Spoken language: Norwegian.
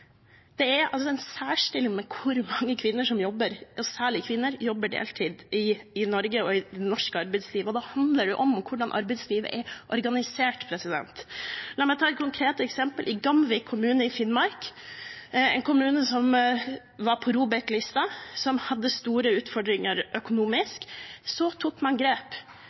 er i en særstilling med tanke på hvor mange kvinner, særlig, som jobber deltid i Norge, i det norske arbeidslivet. Da handler det om hvordan arbeidslivet er organisert. La meg ta et konkret eksempel. Gamvik kommune i Finnmark, en kommune som var på ROBEK-lista, hadde store utfordringer økonomisk. Så tok man grep,